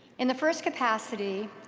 in the first capacity,